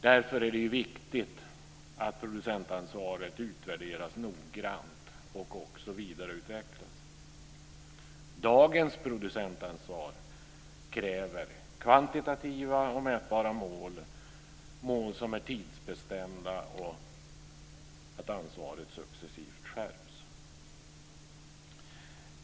Därför är det viktigt att producentansvaret noggrant utvärderas och också vidareutvecklas. Dagens producentansvar kräver kvantitativa och mätbara mål, mål som är tidsbestämda. Det kräver att ansvaret successivt skärps.